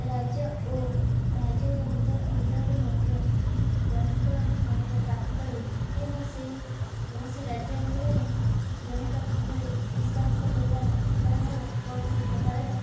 ରାଜ୍ୟ ଓ ରାଜ୍ୟ ଅଞ୍ଚଳରେ ମଧ୍ୟ ପରସ୍ପର ମଧ୍ୟ ପ୍ରାର୍ଥକ୍ୟ ରହିଛି ଏବଂ ସେହି କୌଣସି ରାଜ୍ୟ ଅଞ୍ଚଳରେ ଜନିତ ଭାବରେ ଉତ୍ସାହିତ କରିବାର ଉତ୍ପାଦନର କୌଣସି ପ୍ରକାରର